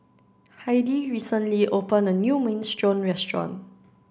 Heidy recently opened a new Minestrone restaurant